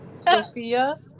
Sophia